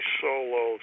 solo